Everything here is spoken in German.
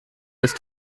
ist